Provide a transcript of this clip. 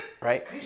Right